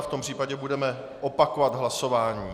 V tom případě budeme opakovat hlasování.